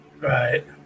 Right